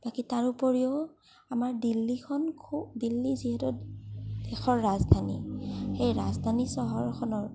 বাকী তাৰ উপৰিও আমাৰ দিল্লীখন দিল্লী যিহেতু দেশৰ ৰাজধানী সেই ৰাজধানী চহৰখনৰ